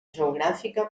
geogràfica